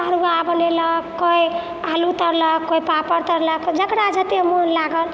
तरुआ बनेलक कोइ आलू तरलक कोइ पापड़ तरलक जकरा जतेक मोन लागल